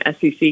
SEC